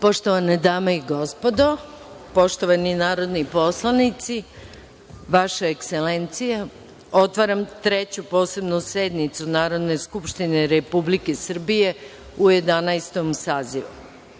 Poštovane dame i gospodo, poštovani narodni poslanici, vaša Ekselencijo, otvaram Treću posebnu sednicu Narodne skupštine Republike Srbije u Jedanaestom